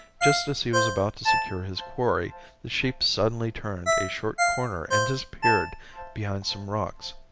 just as he was about to secure his quarry the sheep suddenly turned a short corner and disappeared behind some rocks.